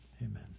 Amen